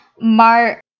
Mar